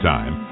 Time